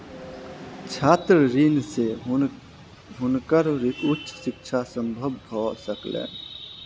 छात्र ऋण से हुनकर उच्च शिक्षा संभव भ सकलैन